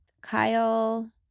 Kyle